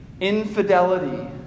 infidelity